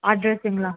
அட்ரெஸுங்களா